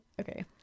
Okay